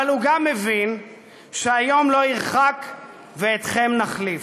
אבל הוא גם מבין שהיום לא ירחק ואתכם נחליף,